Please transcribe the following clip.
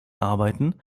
arbeiten